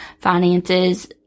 finances